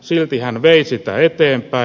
silti hän vei sitä eteenpäin